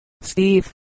Steve